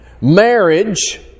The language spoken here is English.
Marriage